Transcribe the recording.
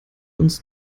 uns